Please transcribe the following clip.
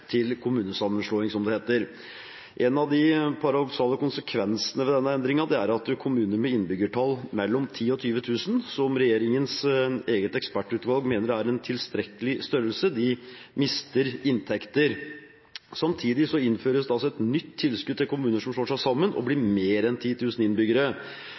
til kommunesammenslåing, som det heter. En av de paradoksale konsekvensene ved denne endringen er at kommuner med innbyggertall mellom 10 000 og 20 000, som regjeringens eget ekspertutvalg mener er en tilstrekkelig størrelse, mister inntekter. Samtidig innføres det et nytt tilskudd til kommuner som slår seg sammen og får mer enn 10 000 innbyggere. Resultatet av dette blir